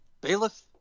Bailiff